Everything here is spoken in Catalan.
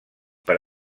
per